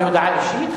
זו הודעה אישית.